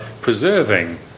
preserving